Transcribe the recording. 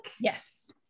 Yes